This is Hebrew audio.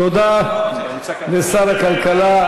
תודה לשר הכלכלה,